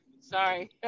Sorry